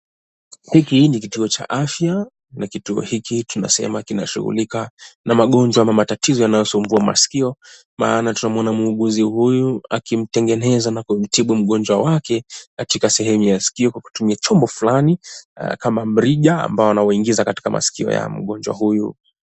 Hiki ni kituo cha afya na kituo hiki tunasema kinashughulika na magonjwa na matatizo masikio maana tunamwona mwuguzi huyu akimtengeneza na kumtibu mgonjwa wake katika sehemu ya sikio kwa kutumia chombo fulani kama mrija amabao anaouingiza katika masikio ya mgonjwa huyu.